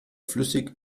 flüssig